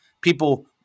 people